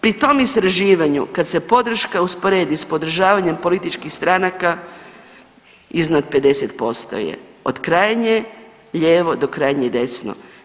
Pri tom istraživanju kad se podrška usporedi s podržavanjem političkih stranaka iznad 50% je od krajnje lijevo do krajnje desno.